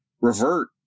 revert